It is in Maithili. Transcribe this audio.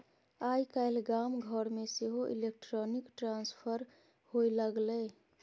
आय काल्हि गाम घरमे सेहो इलेक्ट्रॉनिक ट्रांसफर होए लागलै